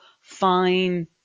fine